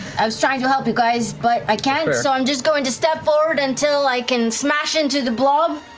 i was trying to help you guys, but i can't, so i'm just going to step forward until i can smash into the blob,